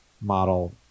model